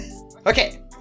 Okay